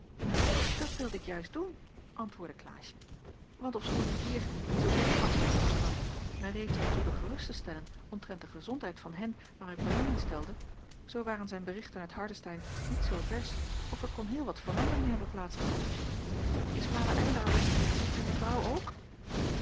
dat wilde ik juist doen antwoordde klaasje want ofschoon die heer die zoo even afscheid van ons nam mij reeds had zoeken gerust te stellen omtrent de gezondheid van hen waar ik belang in stelde zoo waren zijn berichten uit hardestein niet zoo versch of er kon heel wat verandering hebben plaats gehad is vader eylar wel en mevrouw ook